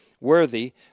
worthy